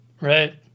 right